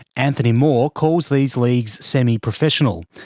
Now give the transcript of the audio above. anthony moore calls these leagues semi-professional,